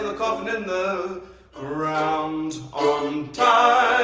ah coffin in the ground on time